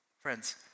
Friends